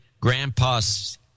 Grandpa's